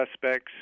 suspects